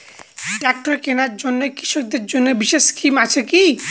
Tractor কেনার জন্য কৃষকদের জন্য বিশেষ স্কিম আছে কি?